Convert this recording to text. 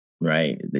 right